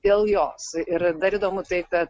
dėl jos ir dar įdomu tai kad